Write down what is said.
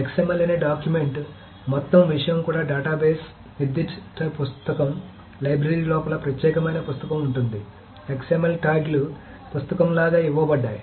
XML అనే document మొత్తం విషయం కూడా డేటాబేస్ నిర్దిష్ట పుస్తకం లైబ్రరీ లోపల ప్రత్యేకమైన పుస్తకం ఉంటుంది XML ట్యాగ్లు పుస్తకం లాగా ఇవ్వబడ్డాయి